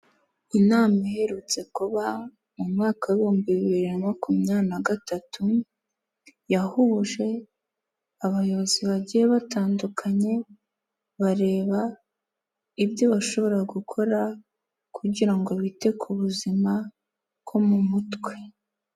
Inama iherutse kuba mu mwaka w'ibihumbi bibiri na makumyabiri na gatatu, yahuje abayobozi bagiye batandukanye, bareba ibyo bashobora gukora kugira ngo bite ku buzima bwo mu mutwe.